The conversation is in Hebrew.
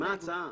מה ההצעה?